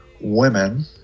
women